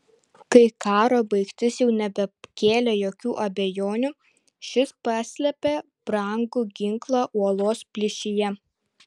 kai karo baigtis jau nebekėlė jokių abejonių šis paslėpė brangų ginklą uolos plyšyje